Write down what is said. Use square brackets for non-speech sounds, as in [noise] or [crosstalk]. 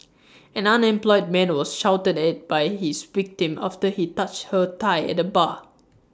[noise] an unemployed man was shouted at by his victim after he touched her thigh at A bar